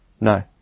No